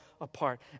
apart